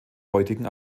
heutigen